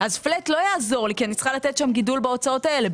אז פלט לא יעזור לי כי אני צריכה לתת שם גידול בהוצאות האלה.